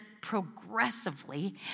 progressively